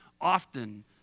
often